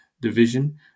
division